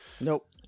Nope